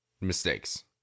mistakes